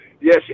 Yes